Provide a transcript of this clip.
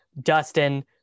Dustin